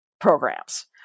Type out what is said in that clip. programs